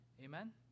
Amen